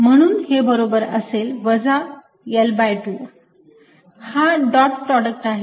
म्हणून y बरोबर असेल वजा L2 हा डॉट प्रॉडक्ट आहे